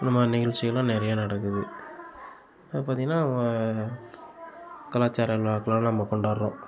இந்த மாதிரி நிகழ்ச்சிகள்லாம் நிறையா நடக்குது அதை பார்த்திங்கன்னா வ கலாச்சார விழாக்களாக நம்ம கொண்டாடுறோம்